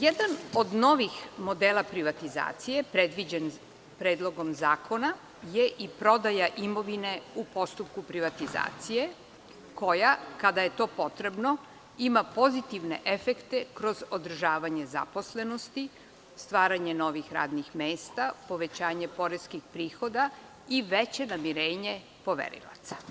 Jedan od novih modela privatizacije predviđen predlogom zakona je i prodaja imovine u postupku privatizacije, koja kada je to potrebno ima pozitivne efekte kroz održavanje zaposlenosti, stvaranje novih radnih mesta, povećanje poreskih prihoda i veće namirenje poverilaca.